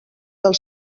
del